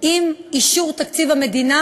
עם אישור תקציב המדינה.